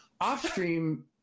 off-stream